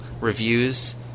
reviews